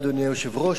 אדוני היושב-ראש,